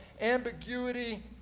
ambiguity